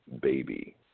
baby